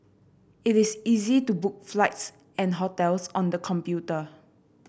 it is easy to book flights and hotels on the computer